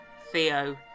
Theo